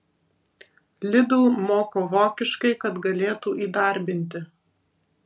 lidl moko vokiškai kad galėtų įdarbinti